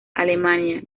alemania